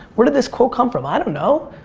where did this quote come from? i don't know.